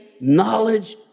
knowledge